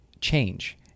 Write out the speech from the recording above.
change